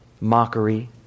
mockery